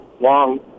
long